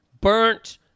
burnt